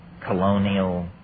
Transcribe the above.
colonial